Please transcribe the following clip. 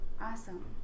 awesome